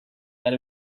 that